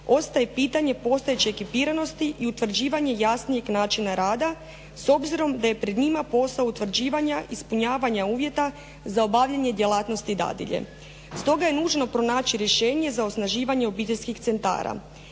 ostaje pitanje postojeće ekipiranosti i utvrđivanja jasnijeg načina rada s obzirom da je pred njima posao utvrđivanja ispunjavanja uvjeta za obavljanje djelatnosti dadilje. Stoga je nužno pronaći rješenje za osnaživanje obiteljskih centara.